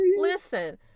Listen